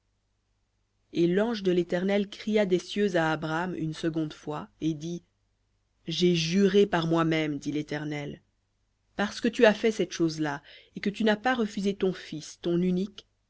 et l'ange de l'éternel cria des cieux à abraham une seconde fois et dit j'ai juré par moi-même dit l'éternel parce que tu as fait cette chose-là et que tu n'as pas refusé ton fils ton unique